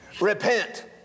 Repent